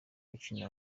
ukina